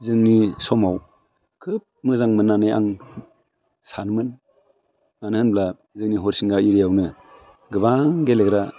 जोंनि समाव खोब मोजां मोन्नानै आं सानोमोन मानो होनब्ला जोंनि हरिसिंगा एरियायावनो गोबां गेलेग्रा